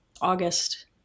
August